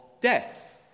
death